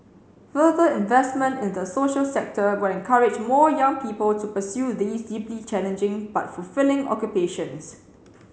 further investment in the social sector will encourage more young people to pursue these deeply challenging but fulfilling occupations